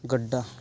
Godda